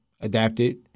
adapted